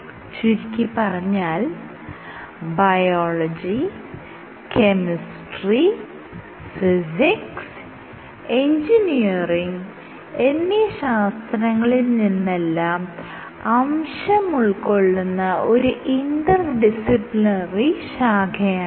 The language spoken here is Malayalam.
ചുരുക്കിപ്പറഞ്ഞാൽ ബയോളജി കെമിസ്ട്രി ഫിസിക്സ് എഞ്ചിനീയറിംഗ് എന്നീ ശാസ്ത്രങ്ങളിൽ നിന്നെല്ലാം അംശമുൾകൊള്ളുന്ന ഒരു ഇന്റർ ഡിസിപ്ലിനറി ശാഖയാണിത്